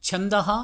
छन्दः